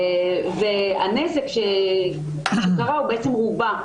והנזק שקרה הוא רובע,